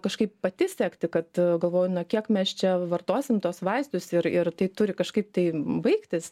kažkaip pati sekti kad galvoju na kiek mes čia vartosim tuos vaistus ir ir tai turi kažkaip tai baigtis